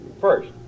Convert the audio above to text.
first